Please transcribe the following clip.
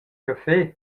caffé